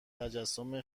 تجسم